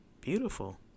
beautiful